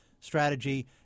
strategy